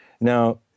Now